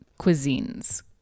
cuisines